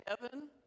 heaven